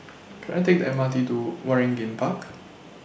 Can I Take The M R T to Waringin Park